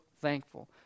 thankful